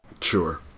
Sure